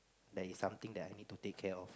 there's something that I need to take care of